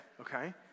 okay